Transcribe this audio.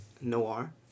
Noir